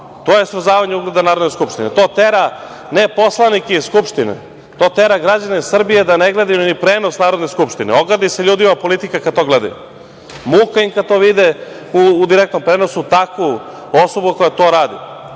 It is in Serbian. To je srozavanje ugleda Narodne skupštine. To tera ne poslanike iz Skupštine, to tera građane Srbije da ne gledaju ni prenos Narodne skupštine. Ogadi se ljudima politika kada to gledaju. Muka im je kada to vide u direktnom prenosu takvu osobu koja to radi,